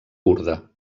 kurda